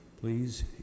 please